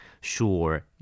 Sure